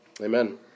Amen